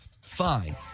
Fine